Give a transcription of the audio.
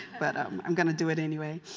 but i'm going to do it anyway.